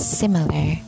similar